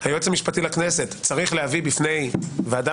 ובמקרה שלנו היועץ המשפטי צריך להביא בפני ועדה